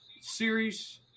series